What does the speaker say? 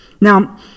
Now